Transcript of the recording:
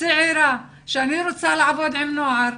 צעירה שרוצה לעבוד עם נוער,